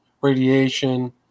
radiation